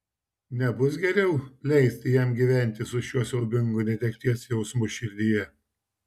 nebus geriau leisti jam gyventi su šiuo siaubingu netekties jausmu širdyje